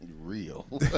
real